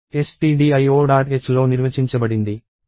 h లో నిర్వచించబడింది